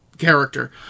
character